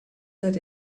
that